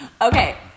Okay